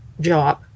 job